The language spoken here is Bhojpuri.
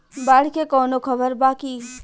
बाढ़ के कवनों खबर बा की?